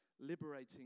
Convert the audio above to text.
liberating